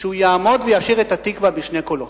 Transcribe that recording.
שהוא יעמוד וישיר את "התקווה" בשני קולות.